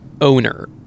owner